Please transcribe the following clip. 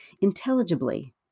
intelligibly